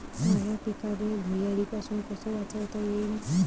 माह्या पिकाले धुयारीपासुन कस वाचवता येईन?